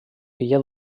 filla